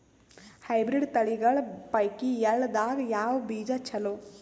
Hybrid ತಳಿಗಳ ಪೈಕಿ ಎಳ್ಳ ದಾಗ ಯಾವ ಬೀಜ ಚಲೋ?